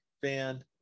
fan